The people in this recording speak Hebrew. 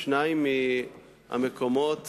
שניים מהמקומות